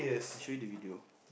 I show you the video